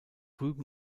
rügen